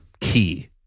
key